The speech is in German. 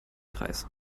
kreis